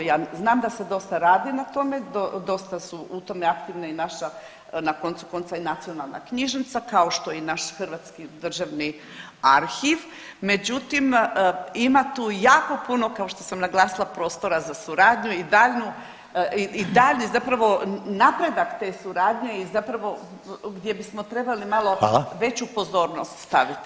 Ja znam da se dosta radi na tome, dosta su u tome aktivna i naša na koncu konca i nacionalna knjižnica, kao što i naš Hrvatski državni arhiv, međutim ima tu jako puno kao što sam naglasila prostora za suradnju i daljnju i daljnje zapravo napredak te suradnje i zapravo gdje bismo trebali malo veću pozornost staviti na taj